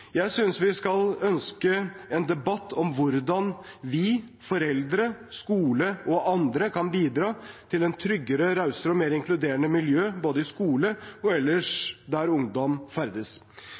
Jeg synes vi skal ønske en debatt om hvordan vi, foreldre, skolen og andre kan bidra til et tryggere, rausere og mer inkluderende miljø både i skolen og ellers der ungdom ferdes.